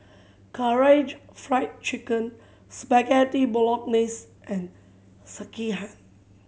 Karaage Fried Chicken Spaghetti Bolognese and Sekihan